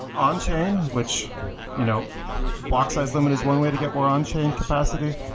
on chain, which you know block size limit is one way to get more on chain capacity,